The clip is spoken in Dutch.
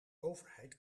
overheid